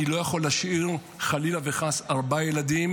אני לא יכול להשאיר, חלילה וחס, ארבעה ילדים